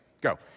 Go